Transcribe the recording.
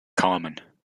common